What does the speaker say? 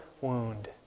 wound